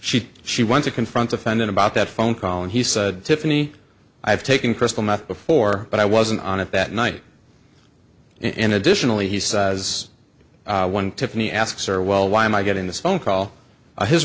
she she want to confront offended about that phone call and he said tiffanie i've taken crystal meth before but i wasn't on it that night in additionally he says one tiffany asks her well why am i getting this phone call i his